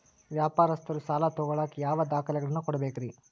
ವ್ಯಾಪಾರಸ್ಥರು ಸಾಲ ತಗೋಳಾಕ್ ಯಾವ ದಾಖಲೆಗಳನ್ನ ಕೊಡಬೇಕ್ರಿ?